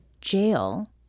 jail